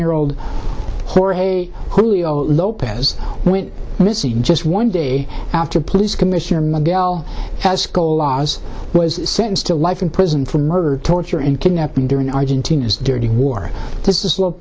year old jorge julio lopez went missing just one day after police commissioner mendell has collazo was sentenced to life in prison for murder torture and kidnapping during argentina's dirty war this is